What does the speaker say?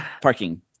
parking